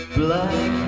black